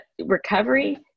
recovery